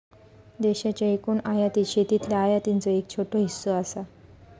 देशाच्या एकूण आयातीत शेतीतल्या आयातीचो एक छोटो हिस्सो असा